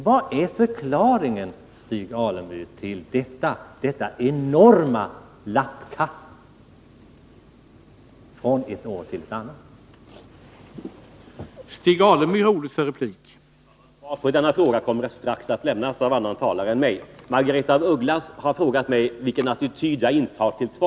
Vilken är förklaringen, Stig Alemyr, till detta enorma lappkast från ett år till ett annat?